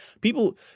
People